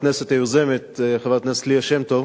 חברת הכנסת היוזמת, חברת הכנסת ליה שמטוב,